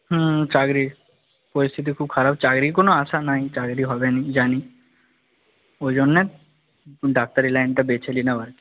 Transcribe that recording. হুম চাকরি পরিস্থিতি খুব খারাপ চাকরির কোনো আশা নেই চাকরি হবে না জানি ওই জন্যে ডাক্তারি লাইনটা বেছে নিলাম আর কি